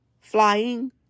flying